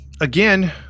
again